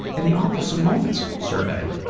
in the awfulsome moments survey.